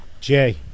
Jay